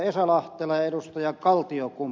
esa lahtela ja ed